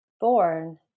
born